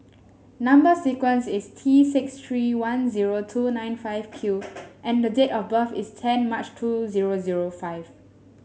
number sequence is T six three one zero two nine five Q and date of birth is ten March two zero zero five